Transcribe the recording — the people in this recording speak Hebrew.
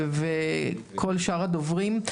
וכל שאר הדוברים,